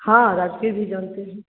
हाँ राजगीर भी जानते हैं